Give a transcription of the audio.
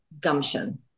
gumption